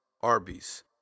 Arby's